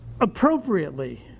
appropriately